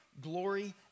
glory